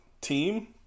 team